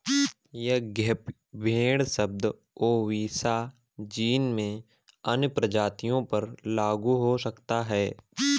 यद्यपि भेड़ शब्द ओविसा जीन में अन्य प्रजातियों पर लागू हो सकता है